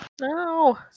no